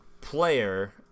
player